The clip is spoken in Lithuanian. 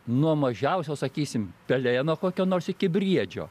nuo mažiausio sakysim pelėno kokio nors iki briedžio